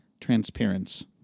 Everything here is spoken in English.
transparency